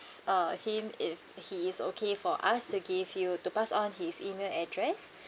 uh him if he is okay for us to give you to pass on his email address